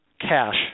cash